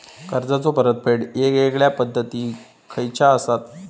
कर्जाचो परतफेड येगयेगल्या पद्धती खयच्या असात?